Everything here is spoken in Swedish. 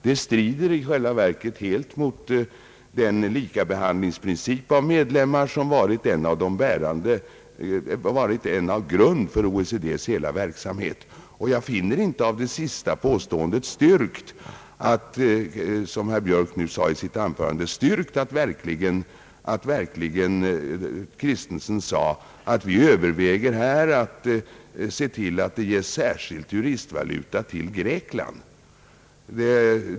Det strider i själva verket helt mot den princip om likabehandling av medlemmar som varit en del av grunden för OECD:s hela verksamhet. Jag finner det inte av herr Björks sista påstående styrkt att generalsekreterare Kristensen verkligen sade att man överväger att se till att det ges särskild turistvaluta till Grekland.